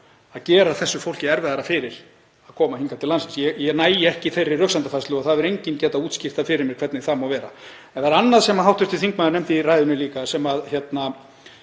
að gera þessu fólki erfiðara fyrir að koma hingað til landsins. Ég næ ekki þeirri röksemdafærslu og það hefur enginn getað útskýrt fyrir mér hvernig það má vera. Það er annað sem hv. þingmaður nefndi í ræðunni sem ég hef